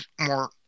more